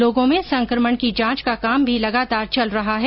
लोगों में संकमण की जांच का काम भी लगातार चल रहा है